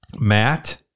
Matt